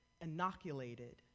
inoculated